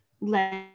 let